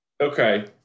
Okay